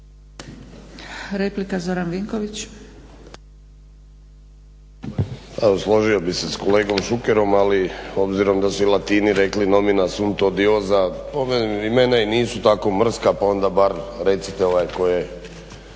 Zoran (HDSSB)** Evo složio bih se s kolegom Šukerom, ali obzirom da su i Latini rekli nomina sunt odiosa po meni imena i nisu tako mrska pa onda bar recite tko je